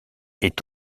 est